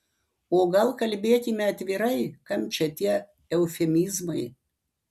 o gal kalbėkime atvirai kam čia tie eufemizmai